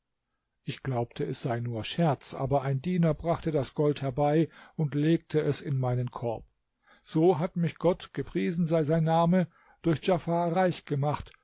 ich glaubte es sei nur scherz aber ein diener brachte das gold herbei und legte es in meinen korb so hat mich gott gepriesen sei sein name durch djafar reich gemacht